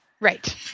Right